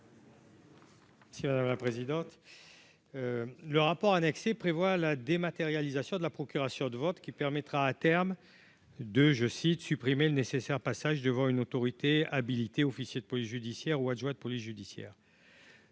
Si madame la présidente, le rapport annexé prévoit la dématérialisation de la procuration de vote qui permettra à terme de, je cite : supprimer le nécessaire passage devant une autorité habilité officier de police judiciaire ou Adjoua de police judiciaire.